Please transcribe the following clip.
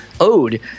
owed